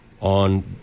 on